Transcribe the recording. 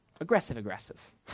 aggressive-aggressive